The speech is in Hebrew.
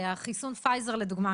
חיסון פייזר לדוגמה,